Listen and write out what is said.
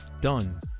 done